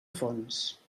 fons